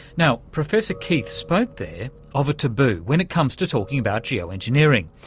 now, professor keith spoke there of a taboo when it comes to talking about geo-engineering,